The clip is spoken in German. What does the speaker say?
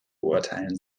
beurteilen